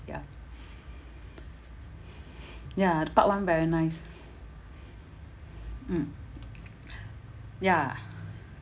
ya ya the part one very nice mm ya